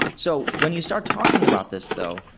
so when you start talking about this though,